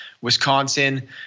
Wisconsin